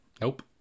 Nope